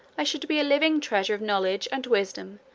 i should be a living treasure of knowledge and wisdom,